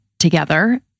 together